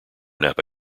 napa